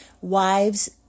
wives